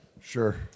Sure